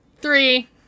three